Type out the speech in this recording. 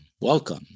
Welcome